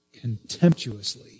contemptuously